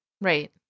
Right